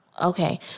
Okay